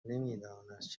نمیدانست